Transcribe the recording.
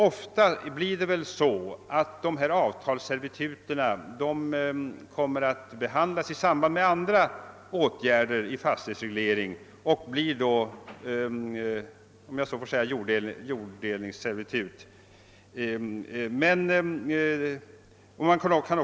Ofta är det väl så, att ett avtalsservitut kommer att behandlas i samband med andra åtgärder vid fastighetsreglering och då får karaktären av jorddelningsservitut.